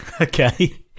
Okay